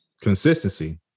Consistency